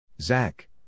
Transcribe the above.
Zach